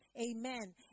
Amen